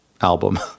album